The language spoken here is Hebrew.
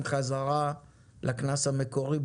חזרה לקנס המקורי,